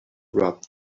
rob